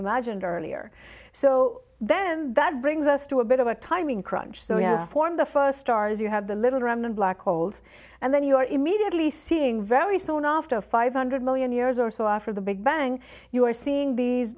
imagined earlier so then that brings us to a bit of a timing crunch so you form the first stars you have the little remnant black holes and then you're immediately seeing very soon after five hundred million years or so after the big bang you are seeing these